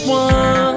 one